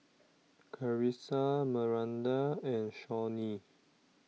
Carisa Maranda and Shawnee